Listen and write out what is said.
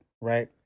right